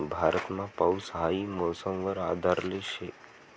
भारतमा पाऊस हाई मौसम वर आधारले शे